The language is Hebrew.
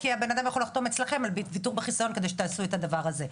כי הבן אדם יכול לחתום אצלכם על ויתור בחיסיון כדי שתעשו את הדבר הזה.